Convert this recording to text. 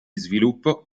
sviluppo